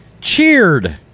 cheered